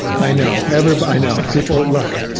i know, everybody know people luck.